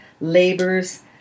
labors